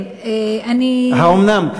האומנם?